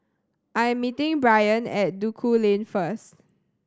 I am meeting Bryant at Duku Lane first